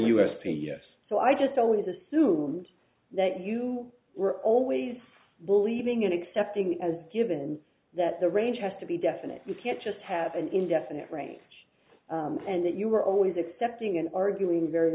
p s so i just always assumed that you were always believing in accepting as given that the range has to be definite you can't just have an indefinite range and that you were always accepting and arguing very